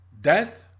death